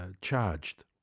charged